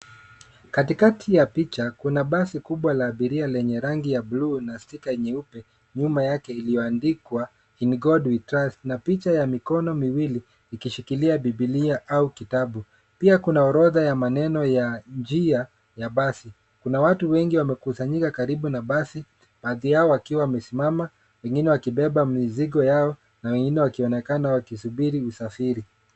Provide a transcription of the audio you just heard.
Katikati ya picha kuna basi kubwa la abiria lenye rangi ya bluu na sticker nyeupe nyuma yake iliyoandikwa in God we trust na picha ya mikono miwili ikishikilia Bibilia au kitabu. Pia kuna orodha ya maneno ya njia ya basi. Kuna watu wengi wamekusanyika karibu na basi baadhi yao wakiwa wamesimama wengine wakibeba mizigo yao na wengine wakionekana wakisubiri usafiri.